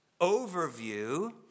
overview